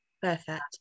Perfect